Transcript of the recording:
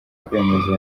kwemeza